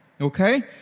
Okay